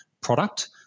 product